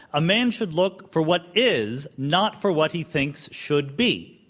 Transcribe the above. a man should look for what is, not for what he thinks should be,